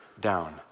down